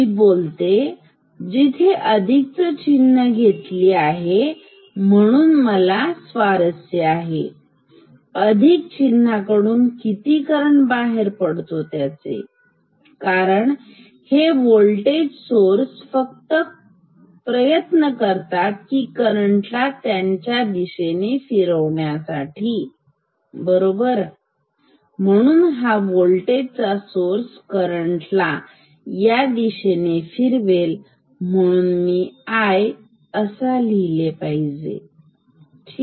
मी बोलते जिथे अधिक च चिन्ह घेतली आहे म्हणून मला स्वारस्य आहे की अधिक चिन्हकडून किती करंट बाहेर पडतो कारण हे वोल्टेज सोर्से प्रयत्न करतात करंट ला त्याच्या दिशेने फिरवण्यासाठी बरोबर म्हणून हा वोल्टेज चा सोर्स करंट ला या दिशेने फिरवेल म्हणून मी I असा लिहिला पाहिजे ठीक